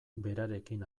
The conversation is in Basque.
berarekin